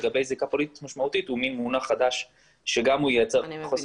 לגבי זיקה פוליטית משמעותית הוא מין מונח חדש שגם ייצר חוסר